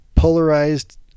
polarized